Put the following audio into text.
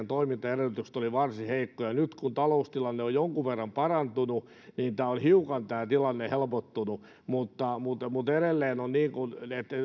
toimintaedellytykset olivat varsin heikkoja nyt kun taloustilanne on jonkun verran parantunut niin tämä tilanne on hiukan helpottunut mutta edelleen on niin että